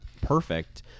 perfect